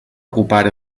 ocupar